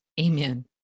Amen